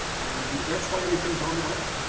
and yeah that's why everything's on the way.